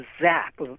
zap